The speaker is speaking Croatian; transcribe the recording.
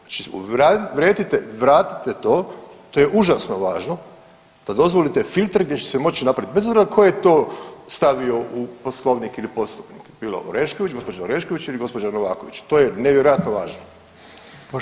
Znači vratite to, to je užasno važno da dozvolite filtre gdje će se moći napraviti, bez obzira ko je to stavio u poslovnik ili poslovnik, bilo Orešković, gospođa Orešković ili gospođa Novaković to je nevjerojatno važno.